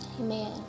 Amen